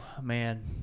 man